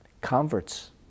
converts